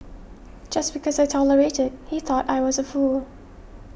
just because I tolerated he thought I was a fool